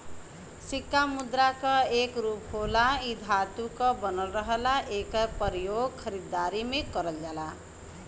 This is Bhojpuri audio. सिक्का मुद्रा क एक रूप होला इ धातु क बनल रहला एकर प्रयोग खरीदारी में करल जाला